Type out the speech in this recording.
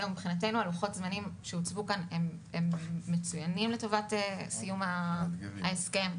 מבחינתנו לוחות הזמנים שהוצגו מצוינים לטובת סיום ההסכם,